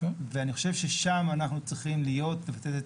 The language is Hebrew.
ואני חושב ששם אנחנו צריכים להיות ולתת את